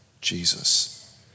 Jesus